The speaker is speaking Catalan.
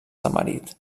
tamarit